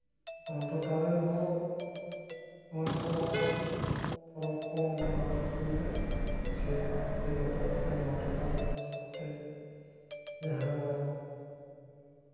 ᱱᱚᱣᱟ ᱴᱚᱴᱷᱟ ᱨᱮᱱ ᱦᱚᱲ ᱱᱚᱣᱟᱠᱚ ᱯᱚᱨᱚᱵᱽ ᱠᱚ ᱢᱟᱱᱟᱣ ᱟᱹᱜᱩᱭᱮᱫᱟ ᱥᱮ ᱟᱞᱮ ᱡᱚᱛᱚ ᱠᱚᱛᱮ ᱱᱚᱣᱟ ᱴᱚᱴᱷᱟ ᱨᱮᱱ ᱢᱤᱫ ᱥᱟᱶᱛᱮ ᱡᱟᱦᱟᱸ